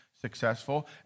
successful